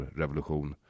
revolution